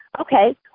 Okay